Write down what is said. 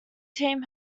team